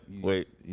wait